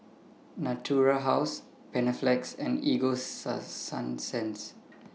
Natura House Panaflex and Ego Sunsense